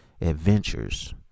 Adventures